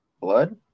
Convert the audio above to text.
blood